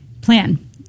plan